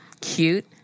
Cute